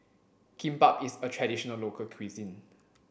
kimbap is a traditional local cuisine